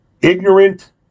ignorant